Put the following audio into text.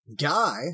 Guy